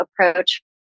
approach